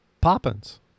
Poppins